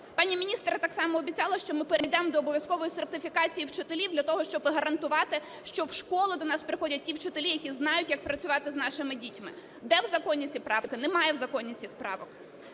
Пані міністр так само обіцяла, що ми перейдемо до обов'язкової сертифікації вчителів для того, щоб гарантувати, що в школу до нас приходять ті вчителі, які знають як працювати з нашими дітьми. Де в законі ці правки? Немає в законі цих правок.